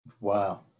Wow